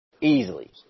easily